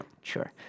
Sure